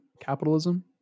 capitalism